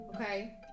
Okay